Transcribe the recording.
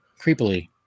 creepily